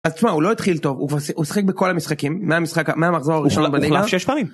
אז תשמע, הוא לא התחיל טוב, הוא שחק בכל המשחקים, מהמחזור הראשון בנילה. הוא חלף שש פעמים.